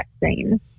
vaccine